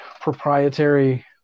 proprietary